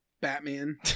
Batman